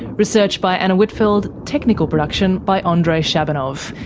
research by anna whitfeld, technical production by andrei shabunov,